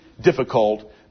difficult